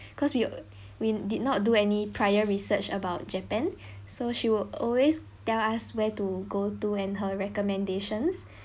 because we we did not do any prior research about japan so she will always tell us where to go to and her recommendations